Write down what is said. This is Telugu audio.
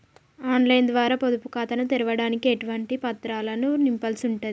ఆన్ లైన్ ద్వారా పొదుపు ఖాతాను తెరవడానికి ఎటువంటి పత్రాలను నింపాల్సి ఉంటది?